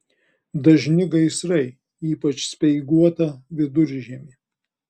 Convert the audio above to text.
dažni gaisrai ypač speiguotą viduržiemį